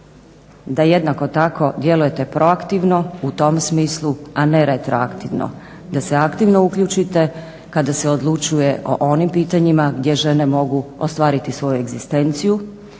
da jednako tako djelujete proaktivno u tom smislu, a ne retroaktivno. Da se aktivno uključite kada se odlučuje o onim pitanjima gdje žene mogu ostvariti svoju egzistenciju,